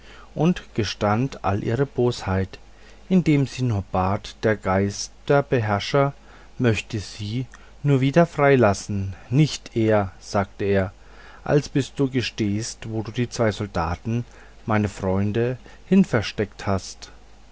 und gestand alle ihre bosheit indem sie nur bat der geisterbeherrscher möchte sie nur wieder frei lassen nicht eher sagte er als bis du gestehst wo du die zwei soldaten meine freunde hinversteckt hast